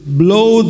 blow